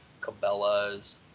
cabela's